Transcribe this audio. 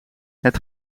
het